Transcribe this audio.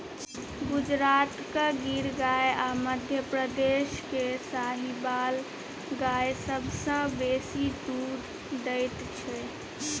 गुजरातक गिर गाय आ मध्यप्रदेश केर साहिबाल गाय सबसँ बेसी दुध दैत छै